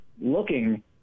looking